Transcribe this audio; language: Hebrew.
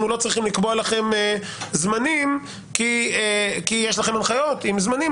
לא צריכים לקבוע לכם זמנים כי יש לכם הנחיות עם זמנים,